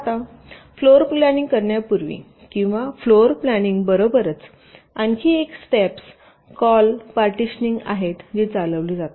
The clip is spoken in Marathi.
आता फ्लोरप्लानिंग करण्यापूर्वी किंवा फ्लोरप्लानिंग बरोबरच आणखी एक स्टेप्स कॉल पार्टिशनिंग आहेत जी चालविली जातात